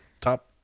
top